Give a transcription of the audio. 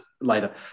later